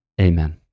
Amen